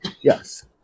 yes